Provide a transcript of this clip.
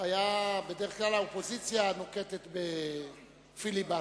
בדרך כלל האופוזיציה נוקטת פיליבסטר.